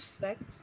sex